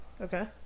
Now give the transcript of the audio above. Okay